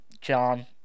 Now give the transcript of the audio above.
John